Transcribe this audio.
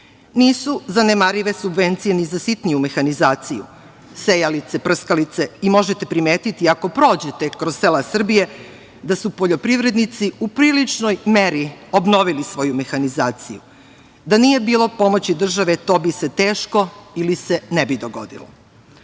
zanemarljive subvencije ni za sitniju mehanizaciju, sejalice, prskalice, a možete primetiti, ako prođete kroz sela Srbije, da su poljoprivrednici u priličnoj meri obnovili svoju mehanizaciju, da nije bilo pomoći Srbije, to bi se teško ili se ne bi dogodilo.